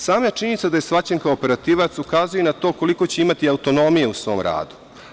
Sama činjenica da je shvaćen kao operativac ukazuje na to koliko će imati autonomije u svom radu.